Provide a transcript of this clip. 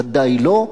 ודאי לא.